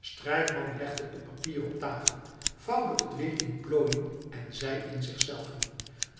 strijkman legde het papier op tafel vouwde het weer in de plooien en zei in zichzelven